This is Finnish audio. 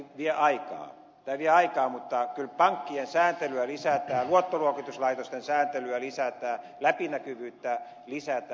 tämä vie aikaa mutta kyllä pankkien sääntelyä lisätään luottoluokituslaitosten sääntelyä lisätään läpinäkyvyyttä lisätään